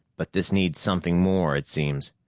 but this needs something more, it seems.